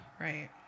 Right